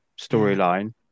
storyline